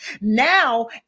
Now